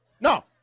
No